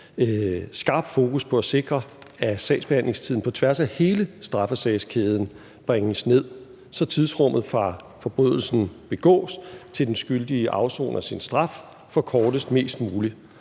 skarpt fokus på at sikre, at sagsbehandlingstiden på tværs af hele straffesagskæden bringes ned, så tidsrummet fra forbrydelsen begås, til den skyldige afsoner sin straf, forkortes mest muligt.